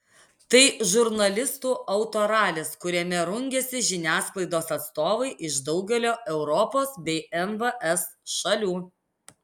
tai žurnalistų autoralis kuriame rungiasi žiniasklaidos atstovai iš daugelio europos bei nvs šalių